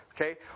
Okay